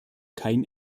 kein